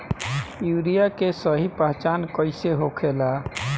Urea के सही पहचान कईसे होखेला?